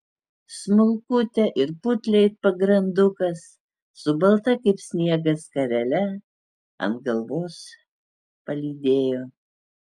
smulkutę ir putlią it pagrandukas su balta kaip sniegas skarele ant galvos palydėjo